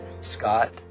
Scott